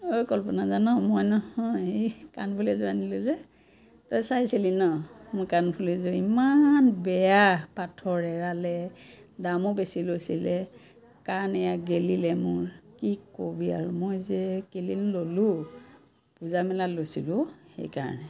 ঐ কল্পনা জান মই নহয় এই কাণফুলি এযোৰ আনিলোঁ যে তই চাইছিলি ন মোৰ কাণফুলিযোৰ ইমান বেয়া পাথৰ এৰালে দামো বেছি লৈছিলে কাণ এয়া গেলিলে মোৰ কি ক'বি আৰু মই যে কেলৈনো ল'লোঁ পূজা মেলাত লৈছিলোঁ অ' সেইকাৰণে